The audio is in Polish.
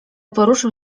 poruszył